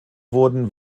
wurden